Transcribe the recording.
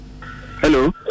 hello